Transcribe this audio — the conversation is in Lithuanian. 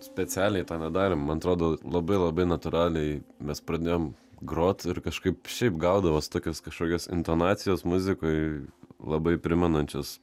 specialiai to nedarėm man atrodo labai labai natūraliai mes pradėjom grot ir kažkaip šiaip gaudavos tokios kažkokios intonacijos muzikoj labai primenančias